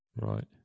right